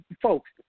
folks